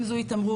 אם זו התעמרות,